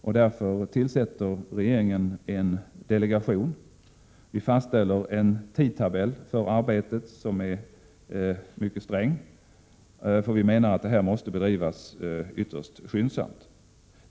Regeringen tillsätter därför en delegation och fastställer en tidtabell för arbetet som är mycket sträng, eftersom vi menar att detta arbete måste bedrivas ytterst skyndsamt.